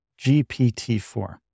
GPT-4